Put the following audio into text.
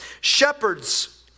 shepherds